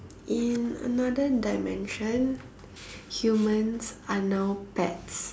in another dimension humans are now pets